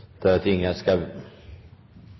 Det er